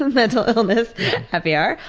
mental illness happy hour.